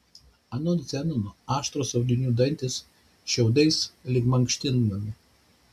anot zenono aštrūs audinių dantys šiaudais lyg mankštinami